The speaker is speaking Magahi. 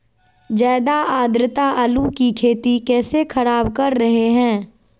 ज्यादा आद्रता आलू की खेती कैसे खराब कर रहे हैं?